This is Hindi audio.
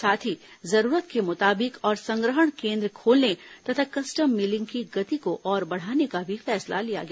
साथ ही जरूरत के मुताबिक और संग्रहण केन्द्र खोलने तथा कस्टम मिलिंग की गति को और बढ़ाने का फैसला भी लिया गया